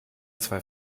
zwei